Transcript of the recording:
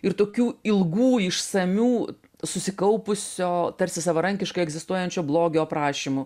ir tokių ilgų išsamių susikaupusio tarsi savarankiškai egzistuojančio blogio aprašymų